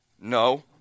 No